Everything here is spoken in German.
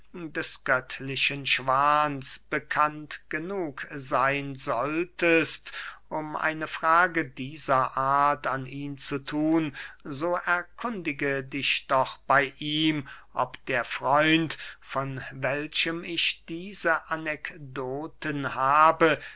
des göttlichen schwans bekannt genug seyn solltest um eine frage dieser art an ihn zu thun so erkundige dich doch bey ihm ob der freund von welchem ich diese anekdoten habe